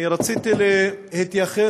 אני רציתי להתייחס,